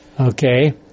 Okay